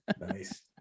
Nice